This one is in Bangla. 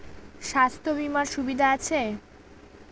স্বাস্থ্য বিমার সুবিধা আছে?